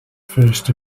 first